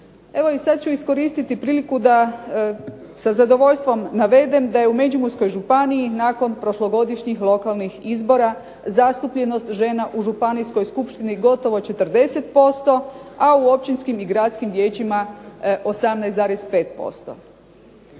Evo sada ću iskoristiti priliku da sa zadovoljstvom navedem da je u Međimurskoj županiji nakon prošlogodišnjih lokalnih izbora zastupljenost žena u Županijskoj skupštini gotovo 40%, a u općinskim i gradskim vijećima 18,5%.